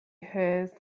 has